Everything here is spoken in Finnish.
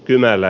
kylmälä